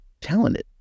talented